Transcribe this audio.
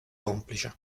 complice